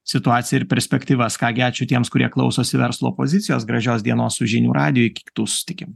situaciją ir perspektyvas ką gi ačiū tiems kurie klausosi verslo pozicijos gražios dienos su žinių radijui iki kitų susitikimų